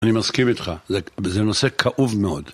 אני מסכים איתך, זה נושא כאוב מאוד.